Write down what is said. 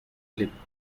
clipped